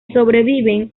sobreviven